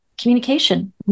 communication